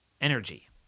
Energy